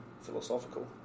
philosophical